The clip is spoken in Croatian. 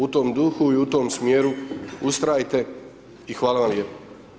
U tom duhu i u tom smjeru ustrajte i hvala vam lijepo.